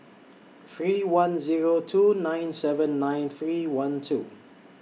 three one Zero two nine seven nine three one two